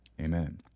amen